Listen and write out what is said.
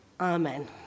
Amen